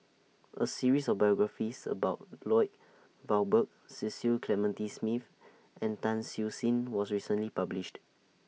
A series of biographies about Lloyd Valberg Cecil Clementi Smith and Tan Siew Sin was recently published